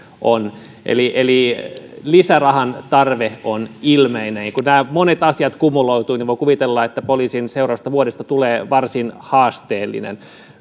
on eli eli lisärahan tarve on ilmeinen ja kun nämä monet asiat kumuloituvat niin voi kuvitella että poliisin seuraavasta vuodesta tulee varsin haasteellinen